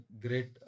great